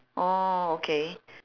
oh okay